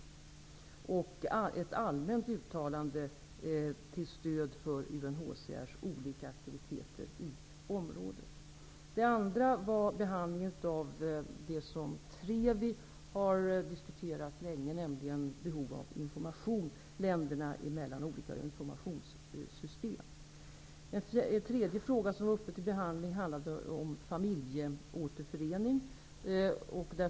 Det gjordes också ett allmänt uttalande till stöd för UNHCR:s olika aktiviteter i området. Vidare behandlades det som Trevi har diskuterat länge, nämligen behovet av information länderna emellan och olika informationssystem. En tredje fråga som var uppe till behandling var familjeåterförening.